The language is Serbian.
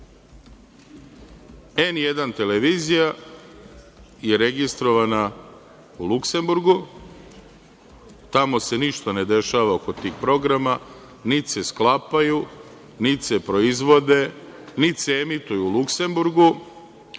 N1 televizija je registrovana u Luksemburgu, tamo se ništa ne dešava oko tih programa, niti se sklapaju, niti se proizvode, niti se emituju u Luksemburgu.